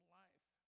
life